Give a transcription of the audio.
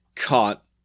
caught